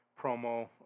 promo